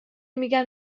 میگن